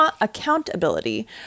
accountability